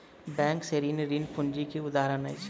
bank से ऋण, ऋण पूंजी के उदाहरण अछि